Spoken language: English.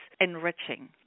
enriching